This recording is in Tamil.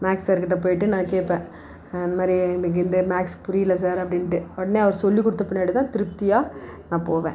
மேக்ஸ் சார் கிட்ட போயிட்டு நான் கேட்பேன் இது மாதிரி எனக்கு இந்த மேக்ஸ் புரியல சார் அப்படின்ட்டு உடனே அவர் சொல்லி கொடுத்த பின்னாடிதான் திருப்தியாக நான் போவேன்